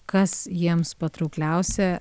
kas jiems patraukliausia